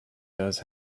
does